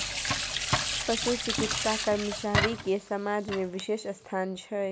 पशु चिकित्सा कर्मचारी के समाज में बिशेष स्थान छै